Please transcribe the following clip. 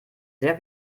sehr